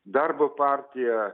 darbo partija